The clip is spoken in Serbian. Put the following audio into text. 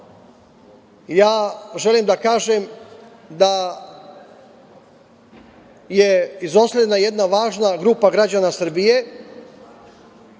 ja želim da kažem da je izostavljena jedna važna grupa građana Srbije.